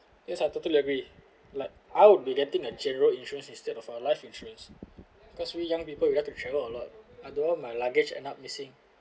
yes I totally agree like I would be getting a general insurance instead of a life insurance because we young people we like to travel a lot I don't want my luggage end up missing